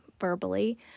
verbally